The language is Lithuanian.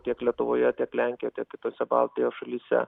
tiek lietuvoje tiek lenkijoje tiek kitose baltijos šalyse